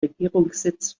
regierungssitz